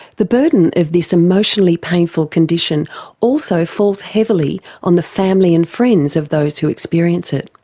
the burden of this emotionally painful condition also falls heavily on the family and friends of those who experience it.